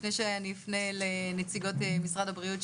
לפני שאני אפנה לנציגות משרד הבריאות,